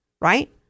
right